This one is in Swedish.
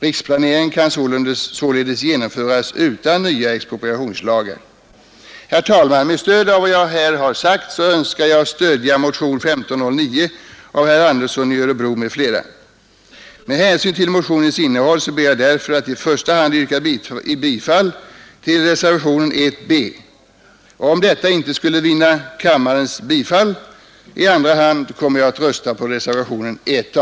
Riksplaneringen kan således genomföras utan nya expropriationslagar. Herr talman! Med stöd av vad jag här har sagt önskar jag stödja motionen 1509 av herr Andersson i Örebro m.fl. Med hänsyn till motionens innehåll ber jag därför att i första hand få yrka bifall till reservation 1 b. Om denna inte skulle vinna kammarens bifall, kommer jag i andra hand att rösta för reservation 1 a.